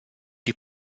die